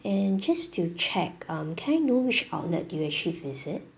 and just to check um can I know which outlet do you actually visit